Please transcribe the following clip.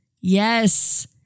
Yes